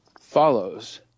follows